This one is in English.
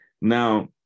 Now